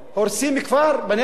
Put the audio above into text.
שמעת על כפר אל-עראקיב,